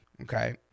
okay